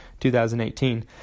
2018